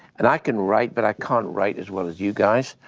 and i can write but i can't write as well as you guys,